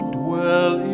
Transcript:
dwell